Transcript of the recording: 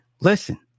Listen